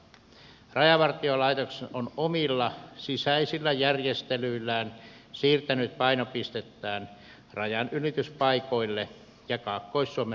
rajavartiolaitos on omilla sisäisillä järjestelyillään siirtänyt painopistettään rajanylityspaikoille ja kaakkois suomen rajalle